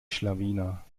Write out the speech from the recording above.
schlawiner